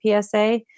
PSA